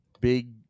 big